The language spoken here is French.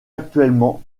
actuellement